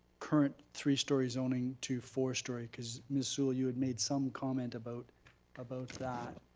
current three story zoning to four story? cause miss sewell, you had made some comment about about that.